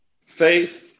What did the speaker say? Faith